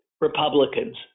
Republicans